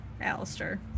alistair